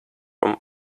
from